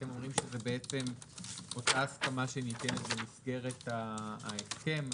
אתם אומרים שזו אותה הסכמה שניתנת במסגרת ההסכם.